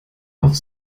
auf